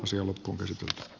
isi olutpublisity t k